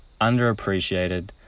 underappreciated